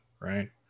right